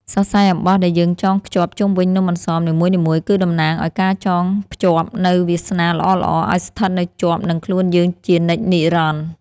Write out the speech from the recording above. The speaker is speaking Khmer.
សរសៃអំបោះដែលយើងចងខ្ជាប់ជុំវិញនំអន្សមនីមួយៗគឺ តំណាងឱ្យការចងភ្ជាប់នូវវាសនាល្អៗឱ្យស្ថិតនៅជាប់នឹងខ្លួនយើងជានិច្ចនិរន្តរ៍។